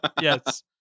Yes